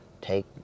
Take